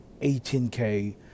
18K